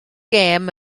gêm